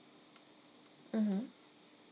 mmhmm